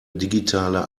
digitale